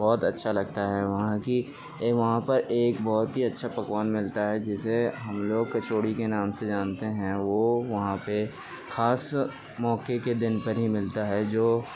بہت اچھا لگتا ہے وہاں کی وہاں پر ایک بہت ہی اچھا پکوان ملتا ہے جسے ہم لوگ کچوڑی کے نام سے جانتے ہیں وہ وہاں پہ خاص موقع کے دن پر ہی ملتا ہے جو